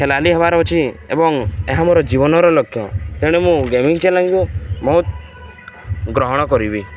ଖେଳାଳି ହେବାର ଅଛି ଏବଂ ଏହା ମୋର ଜୀବନର ଲକ୍ଷ୍ୟ ତେଣୁ ମୁଁ ଗେମିଙ୍ଗ ଚ୍ୟାଲେଞ୍ଜକୁ ବହୁତ ଗ୍ରହଣ କରିବି